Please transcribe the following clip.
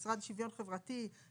משרד לשוויון חברתי,